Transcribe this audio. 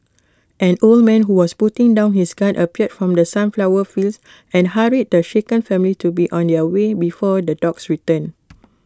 an old man who was putting down his gun appeared from the sunflower fields and hurried the shaken family to be on their way before the dogs return